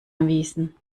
erwiesen